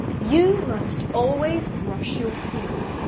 you must always brush your teeth